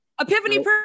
Epiphany